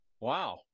Wow